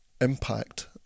impact